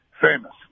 famous